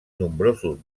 nombrosos